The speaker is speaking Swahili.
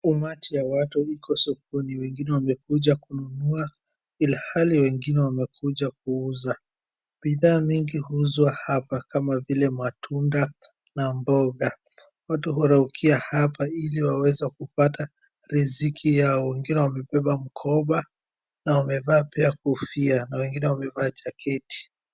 Umati ya watu iko sokoni, wengine wamekuja kununua ilhali wengine wamekuja kuuza, bidhaa mingi huuzwa hapa kama vile matunda na mboga. Watu huraukia hapa ili waweze kupata riziki yao, wengine wamebeba mkoba na wamevaa pia kofia na wengine wamevaa jaketi.